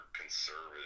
conservative